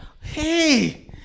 Hey